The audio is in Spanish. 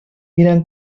eran